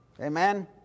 Amen